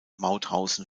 mauthausen